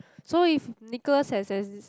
so if Nicholas has has